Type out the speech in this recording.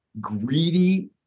greedy